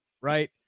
right